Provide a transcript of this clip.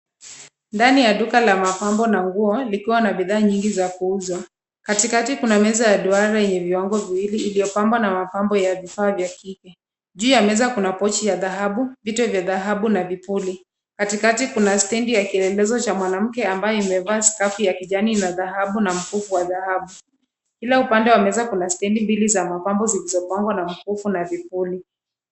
Ndani ya duka la mapambo na nguo likiwa na bidhaa nyingi za kuuzwa. Katikati kuna meza ya duara yenye vyombo viwili iliyopambwa na mapambo ya vifaa vya kike. Juu ya meza kuna pochi ya dhahabu, vitu vya dhahabu na vipuli. Katikati kuna stendi ya kielelezo cha mwanamke ambayo imevaa skafu ya kijani na dhahabu na mkufu wa dhahabu. Kila upande wa meza kuna stendi mbili za mapambo zilizopangwa na mkufu na vipuli.